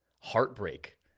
heartbreak